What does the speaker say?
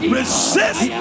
Resist